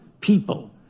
people